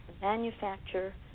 manufacture